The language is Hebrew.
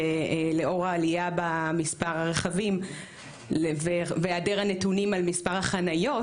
לאור העלייה במספר הרכבים ובהיעדר הנתונים על מספר החניות